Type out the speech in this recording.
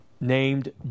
named